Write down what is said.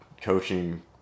coaching